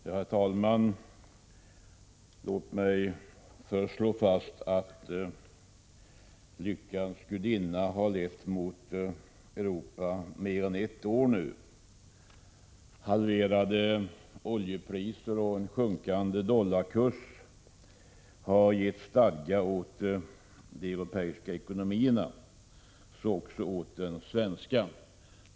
Herr talman! Låt mig först slå fast att lyckans gudinna har lett mot Europa under mer än ett år nu. Halverade oljepriser och sjunkande dollarkurs har givit stadga åt de europeiska ekonomierna, så också åt den svenska.